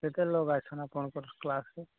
କେତେ ଲୋଗ୍ ଆଇସନ୍ ଆପଣଙ୍କର କ୍ଲାସରେ